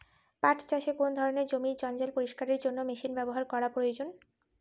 পাট চাষে কোন ধরনের জমির জঞ্জাল পরিষ্কারের জন্য মেশিন ব্যবহার করা প্রয়োজন?